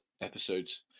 episodes